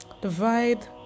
divide